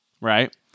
right